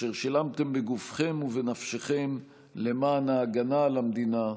אשר שילמתם בגופכם ובנפשכם למען ההגנה על המדינה,